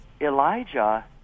Elijah